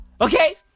Okay